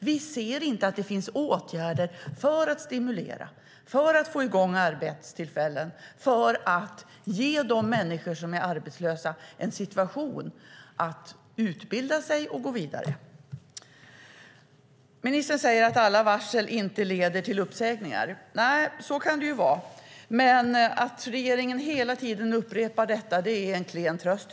Vi ser inga åtgärder för att stimulera, få till stånd arbetstillfällen och ge de människor som är arbetslösa möjlighet att utbilda sig och gå vidare. Ministern säger att inte alla varsel leder till uppsägningar. Så kan det vara. Men att regeringen hela tiden upprepar detta är en klen tröst.